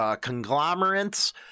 conglomerates